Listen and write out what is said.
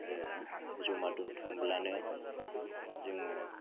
जमा दोनथुमब्लानो जोङो